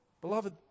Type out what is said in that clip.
Beloved